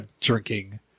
Drinking